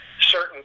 certain